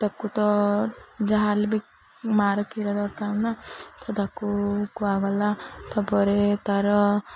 ତାକୁ ତ ଯାହା ବି ମା'ର କ୍ଷୀର ଦରକାର ନା ତ ତାକୁ କୁହାଗଲା ତା'ପରେ ତା'ର